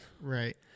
right